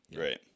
Right